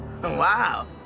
Wow